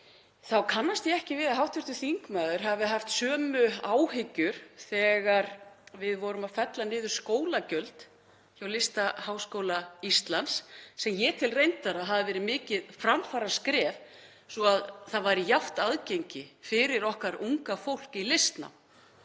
þá kannast ég ekki við að hv. þingmaður hafi haft sömu áhyggjur þegar við vorum að fella niður skólagjöld hjá Listaháskóla Íslands, sem ég tel reyndar að hafi verið mikið framfaraskref svo að aðgengi væri jafnt fyrir okkar unga fólk í listnám.